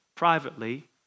Privately